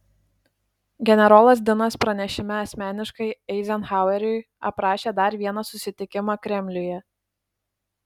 generolas dinas pranešime asmeniškai eizenhaueriui aprašė dar vieną susitikimą kremliuje